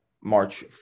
march